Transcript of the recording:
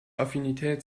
affinität